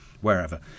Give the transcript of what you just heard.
wherever